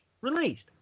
released